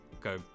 go